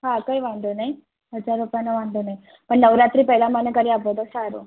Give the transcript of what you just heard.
હા કંઈ વાંધો નઈ હજાર રૂપિયાનો વાંધો નઈ પણ નવરાત્રી પેલા મને કરી આપો તો સારું